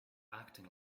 acting